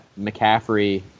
McCaffrey